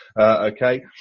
Okay